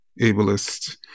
ableist